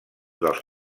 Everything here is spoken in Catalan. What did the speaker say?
dels